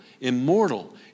Immortal